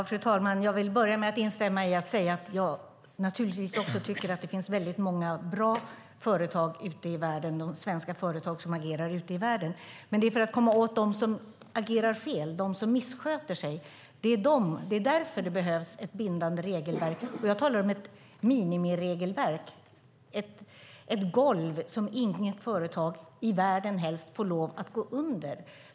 Fru talman! Jag vill börja med att instämma: Naturligtvis tycker jag också att det finns väldigt många bra svenska företag som agerar ute i världen. Men det är för att komma åt dem som agerar fel, dem som missköter sig, som det behövs ett bindande regelverk. Jag talar om ett minimiregelverk, ett golv som inget företag - i världen, helst - får lov att gå under.